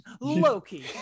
Loki